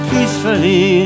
Peacefully